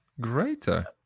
Greater